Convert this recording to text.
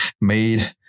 made